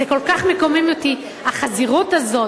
זה כל כך מקומם אותי, החזירות הזו,